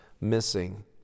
missing